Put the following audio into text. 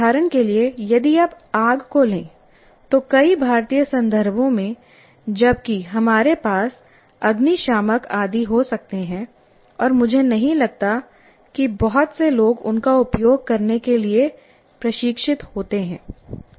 उदाहरण के लिए यदि आप आग को लें तो कई भारतीय संदर्भों में जबकि हमारे पास अग्निशामक आदि हो सकते हैं और मुझे नहीं लगता कि बहुत से लोग उनका उपयोग करने के लिए प्रशिक्षित होते हैं